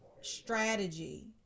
strategy